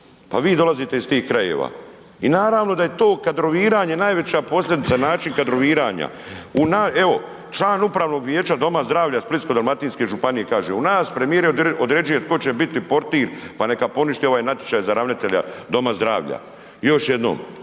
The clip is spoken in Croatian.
pa vi dolazite iz tih krajeva i naravno da je to kadroviranje najveća posljedica način kadroviranja. Evo, član upravnog vijeća Doma zdravlja Splitsko-dalmatinske županije kao, u nas, premijer određuje tko će biti portir pa neka poništi ovaj natječaj za ravnatelja doma zdravlja. Još jednom